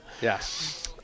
Yes